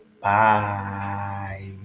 Bye